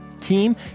team